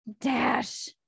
Dash